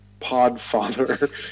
Podfather